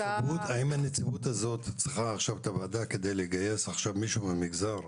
האם הנציבות הזאת צריכה עכשיו את הוועדה כדי לגייס עכשיו מישהו מהמגזר?